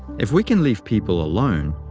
if we can leave people alone,